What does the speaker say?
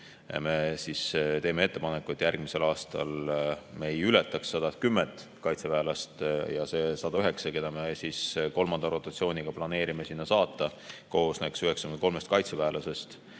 Me teeme ettepaneku, et järgmisel aastal me ei ületaks 110 kaitseväelast. See üksus, kelle me kolmanda rotatsiooniga planeerime sinna saata, koosneks 93 kaitseväelasest